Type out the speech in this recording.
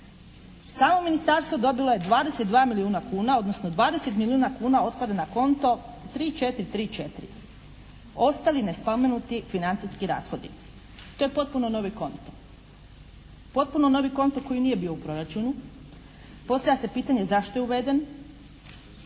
Samo ministarstvo dobilo je 22 milijuna kuna, odnosno 20 milijuna kuna ostvaren na konto tri četiri tri četiri. Ostali nespomenuti financijski rashodi. To je potpuno novi konto. Potpuno novi konto koji nije bio u proračunu. Postavlja se pitanje zašto je uveden?